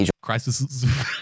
Crisis